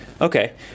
Okay